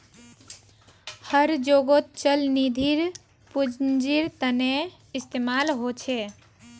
हर जोगोत चल निधिर पुन्जिर तने इस्तेमाल होचे